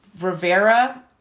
Rivera